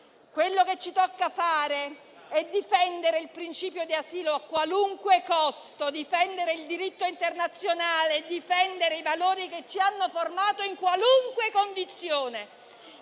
Quello che ci tocca fare è difendere il principio di asilo a qualunque costo, difendere il diritto internazionale e difendere i valori che ci hanno formato in qualunque condizione,